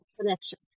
connection